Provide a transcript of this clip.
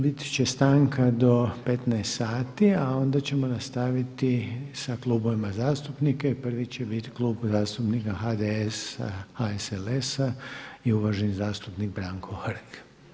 Bit će stanka do 15 sati, a onda ćemo nastaviti sa klubovima zastupnika i prvi će biti Klub zastupnika HDS-a, HSLS-a i uvaženi zastupnik Branko Hrg.